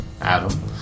Adam